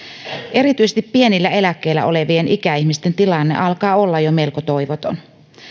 erityisesti pienillä eläkkeillä olevien ikäihmisten tilanne alkaa olla jo melko toivoton